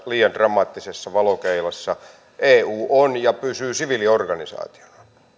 liian dramaattisessa valokeilassa eu on ja pysyy siviiliorganisaationa